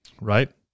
Right